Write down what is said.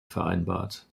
vereinbart